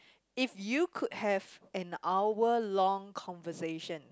if you could have an hour long conversation